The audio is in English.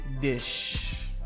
dish